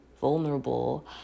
vulnerable